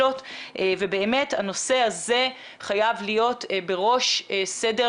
הדבר הנוסף זה הרשתות